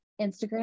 Instagram